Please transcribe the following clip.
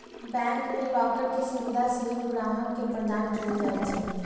bank मे locker के सुविधा सेहो ग्राहक के प्रदान कैल जाइ छै